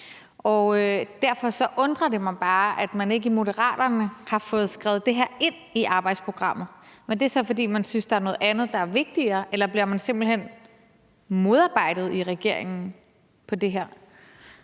derfor undrer det mig bare, at man ikke i Moderaterne har fået skrevet det her ind i arbejdsprogrammet. Er det så, fordi man synes, at der er noget andet, der er vigtigere, eller bliver man simpelt hen modarbejdet i regeringen i forhold